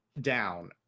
down